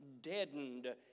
deadened